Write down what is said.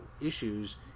Issues